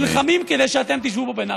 נלחמים כדי שאתם תשבו פה בנחת.